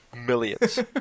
millions